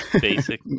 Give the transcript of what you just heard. basic